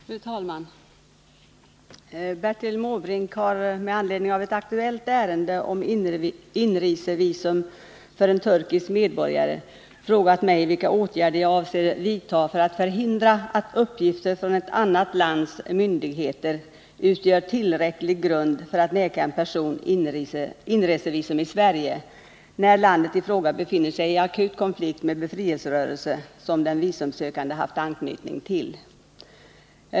Fru talman! Bertil Måbrink har med anledning av ett aktuellt ärende om inresevisum för en turkisk medborgare frågat mig vilka åtgärder jag avser vidta för att förhindra att uppgifter från ett annat lands myndigheter utgör tillräcklig grund för att vägra en person inresevisum till Sverige, när landet i fråga befinner sig i akut konflikt med befrielserörelse som den visumsökande haft anknytning till.